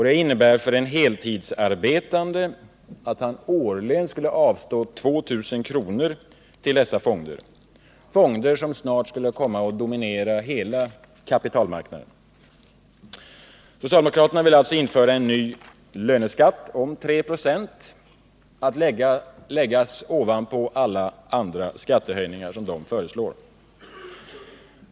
Det innebär för en heltidsarbetande att han årligen skulle avstå 2 000 kr. till dessa fonder, fonder som snart skulle komma att dominera hela kapitalmarknaden. Socialdemokraterna vill alltså införa en ny löneskatt om 3 96 att läggas ovanpå alla andra skattehöjningar som de föreslår.